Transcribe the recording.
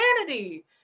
humanity